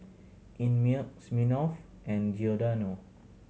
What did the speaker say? Einmilk Smirnoff and Giordano